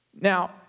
Now